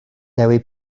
dewi